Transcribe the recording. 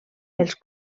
els